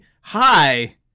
Hi